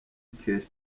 kelly